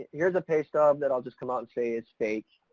here's a pay stub that i'll just come out and say is fake,